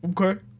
Okay